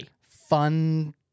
Fun